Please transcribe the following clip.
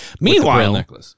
Meanwhile